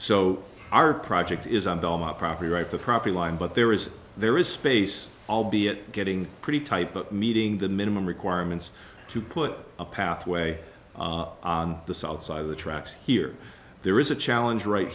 our project is on belmont property right the property line but there is there is space albeit getting pretty tight but meeting the minimum requirements to put a pathway the south side of the tracks here there is a challenge right